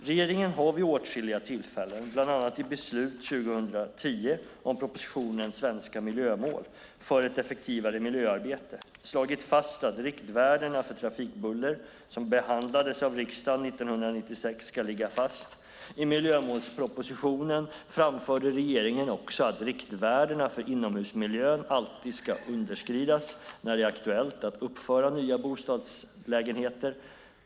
Regeringen har vid åtskilliga tillfällen, bland annat i beslut 2010 om propositionen Svenska miljömål - för ett effektivare miljöarbete , slagit fast att riktvärdena för trafikbuller som behandlades av riksdagen 1996 ska ligga fast. I miljömålspropositionen framförde regeringen också att riktvärdena för inomhusmiljön alltid ska underskridas när det är aktuellt att uppföra nya bostadslägenheter.